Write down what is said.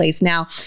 Now